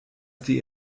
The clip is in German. die